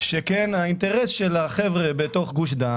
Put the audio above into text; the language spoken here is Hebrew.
שכן האינטרס של החבר'ה בתוך גוש דן